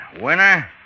Winner